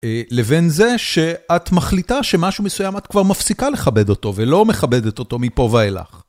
לבין זה שאת מחליטה שמשהו מסוים את כבר מפסיקה לכבד אותו ולא מכבדת אותו מפה ואילך.